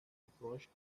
approached